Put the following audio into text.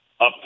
Up